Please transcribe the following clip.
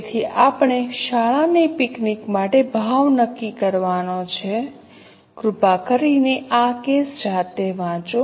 તેથી આપણે શાળા ની પિકનિક માટે ભાવ નક્કી કરવાનો છે કૃપા કરીને આ કેસ જાતે વાંચો